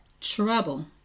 trouble